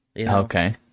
okay